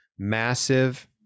massive